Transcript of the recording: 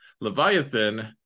Leviathan